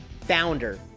founder